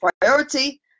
priority